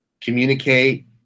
communicate